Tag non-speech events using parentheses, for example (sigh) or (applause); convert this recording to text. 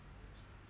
(laughs)